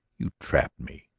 you trapped me,